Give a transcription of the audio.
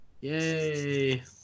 yay